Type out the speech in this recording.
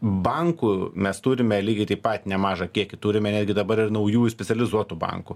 bankų mes turime lygiai taip pat nemažą kiekį turime netgi dabar ir naujų ir specializuotų bankų